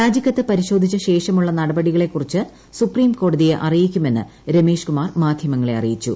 രാജിക്കത്ത് പരിശോധിച്ചശേഷമുള്ള നടപടികളെക്കുറിച്ച് സ്കൂപ്പീം കോടതിയെ അറിയിക്കുമെന്ന് രമേശ് മാധ്യമങ്ങളെ അറിയിച്ചു